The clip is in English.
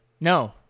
No